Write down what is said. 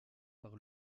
par